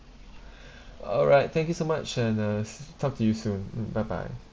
alright thank you so much and uh se~ talk to you soon mm bye bye